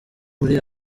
muri